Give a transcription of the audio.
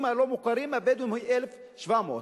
הלא-מוכרים הבדואיים היא של 1,700 נפשות.